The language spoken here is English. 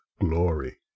glory